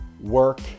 work